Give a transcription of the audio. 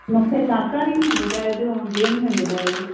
मूंखे शाकाहारी में ॿुधाइजो ऐं जेन में ॿुधाइजो